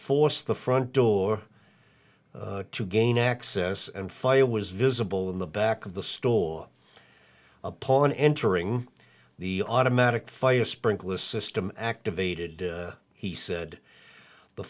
force the front door to gain access and fire was visible in the back of the store upon entering the automatic fire sprinkler system activated he said the